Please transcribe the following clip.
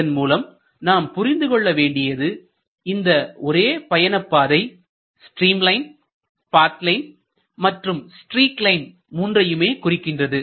இதன் மூலம் நாம் புரிந்து கொள்ள வேண்டியது இந்த ஒரே பயணப்பாதை ஸ்ட்ரீம் லைன் பாத் லைன் மற்றும் ஸ்ட்ரீக் லைன் மூன்றையுமே குறிக்கின்றது